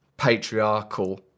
patriarchal